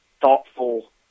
thoughtful